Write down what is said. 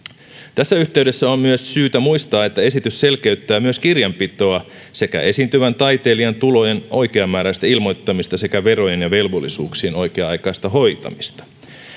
tässä yhteydessä on myös syytä muistaa että esitys selkeyttää myös kirjanpitoa esiintyvän taiteilijan tulojen oikeamääräistä ilmoittamista sekä verojen ja velvollisuuksien oikea aikaista hoitamista